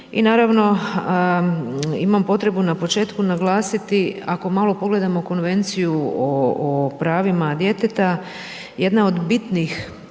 i naravno imam potrebu na početku naglasiti ako malo pogledamo Konvenciju o pravima djeteta, jedna od bitnih